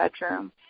bedroom